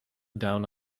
down